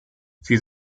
sie